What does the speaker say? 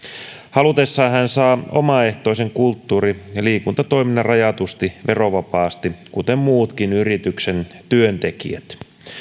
halutessaan hän saa omaehtoisen kulttuuri ja liikuntatoiminnan rajatusti verovapaasti kuten muutkin yrityksen työntekijät